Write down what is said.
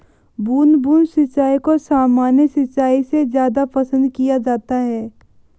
बूंद बूंद सिंचाई को सामान्य सिंचाई से ज़्यादा पसंद किया जाता है